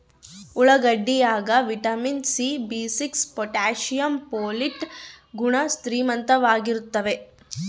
ಉಳ್ಳಾಗಡ್ಡಿ ಯಾಗ vitamin C ಬಿಸಿಕ್ಸ್ ಪೊಟಾಶಿಯಂ ಪೊಲಿಟ್ ಗುಣ ಶ್ರೀಮಂತವಾಗಿರ್ತಾವ